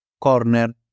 corner